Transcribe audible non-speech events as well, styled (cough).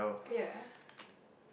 ya (breath)